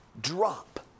drop